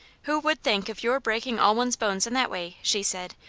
who would think of your breaking all one's bones in that way, she said,